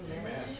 Amen